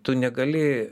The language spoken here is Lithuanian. tu negali